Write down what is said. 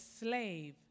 slave